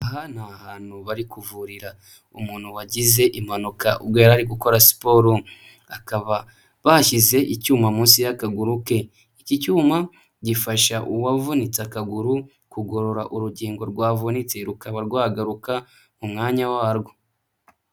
Aha ni hantu bari kuvurira umuntu wagize impanuka ubwo yari ari gukora siporo, bakaba bashyize icyuma munsi y'akaguru ke, iki cyuma gifasha uwavunitse akaguru kugorora urugingo rwavunitse. Rukaba rwagaruka mu mwanya warwo.